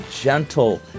gentle